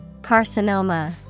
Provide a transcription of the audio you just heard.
Carcinoma